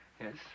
Yes